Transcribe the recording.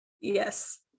yes